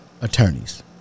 Attorneys